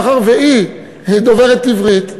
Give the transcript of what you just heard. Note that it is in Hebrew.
מאחר שהיא דוברת עברית,